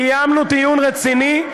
קיימנו דיון רציני,